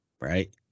right